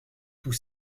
tout